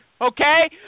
okay